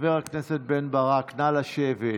חבר הכנסת בן ברק, נא לשבת.